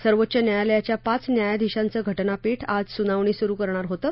सर्वोच्च न्यायालयाच्या पाच न्यायाधीशांचं घटनापीठ आज सुनावणी सुरु करणार होतं